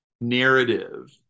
narrative